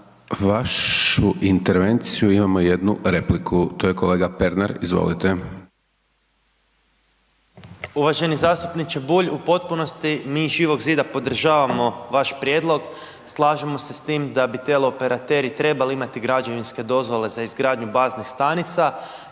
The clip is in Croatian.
Na vašu intervenciju imamo jednu repliku, to je kolega Pernar, izvolite. **Pernar, Ivan (Živi zid)** Uvaženi zastupniče Bulj, u potpunosti mi iz Živog zida podržavamo vaš prijedlog, slažemo se s tim da bi teleoperateri trebali imati građevinske dozvole za izgradnju baznih stanica,